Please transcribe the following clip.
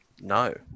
No